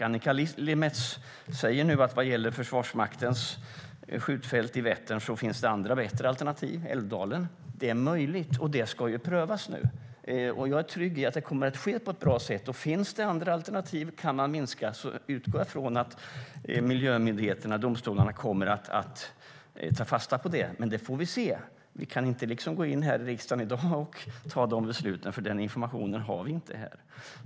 Annika Lillemets säger nu vad gäller Försvarsmakten skjutfält i Vättern att det finns andra, bättre alternativ, som Älvdalen. Det är möjligt, och det ska prövas nu. Jag är trygg i att det kommer att ske på ett bra sätt. Finns det andra alternativ och kan man minska utgår jag från att miljömyndigheterna, domstolarna, kommer att ta fasta på det. Men det får vi se. Vi kan liksom inte här i riksdagen i dag ta de besluten, för den informationen har vi inte här.